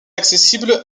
accessible